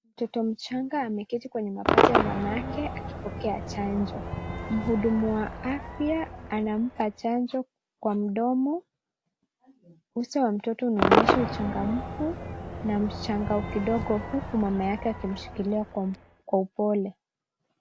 Mtoto mchanga ameketi kwenye mapaja ya mama yake akipokea chanjo. Mhudumu wa afya pia anampa chanjo kwa mdomo. Uso wa mtoto unaonyesha uchangamfu na mshangao kidogo huku mama yake akimshikilia kwa upole.